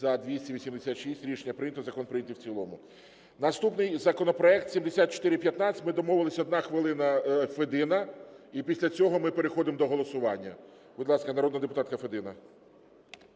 За-286 Рішення прийнято. Закон прийнятий в цілому. Наступний законопроект – 7415. Ми домовились: 1 хвилина – Федина, і після цього ми переходимо до голосування. Будь ласка, народна депутатка Федина.